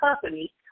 company